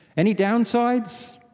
any downsides?